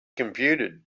computed